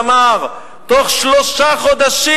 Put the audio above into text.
ואמר: בתוך שלושה חודשים,